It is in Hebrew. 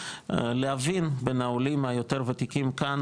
להבין בין העולים היותר ותיקים כאן,